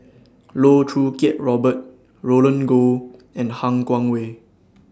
Loh Choo Kiat Robert Roland Goh and Han Guangwei